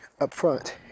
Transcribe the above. upfront